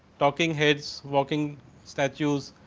talking heads, walking statues.